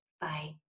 Bye